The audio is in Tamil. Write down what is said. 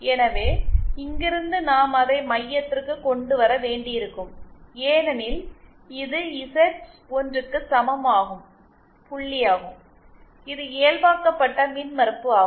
எனவே இங்கிருந்து நாம் அதை மையத்திற்கு கொண்டு வர வேண்டியிருக்கும் ஏனெனில் இது இசட்எல் க்கு சமமாகும் புள்ளியாகும் இது இயல்பாக்கப்பட்ட மின்மறுப்பு ஆகும்